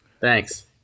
Thanks